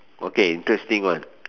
okay interesting one